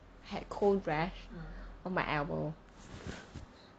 had cold rash on my elbow